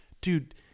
Dude